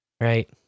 right